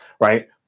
right